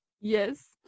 Yes